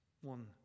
one